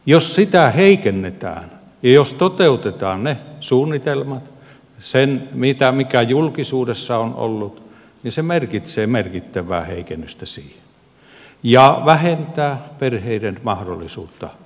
jos sitä heikennetään ja jos toteutetaan ne suunnitelmat joita julkisuudessa on ollut niin se merkitsee merkittävää heikennystä siihen ja vähentää perheiden mahdollisuutta valita